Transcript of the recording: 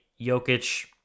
Jokic